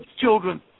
children